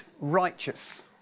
righteous